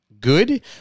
good